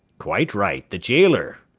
quite right, the gaoler,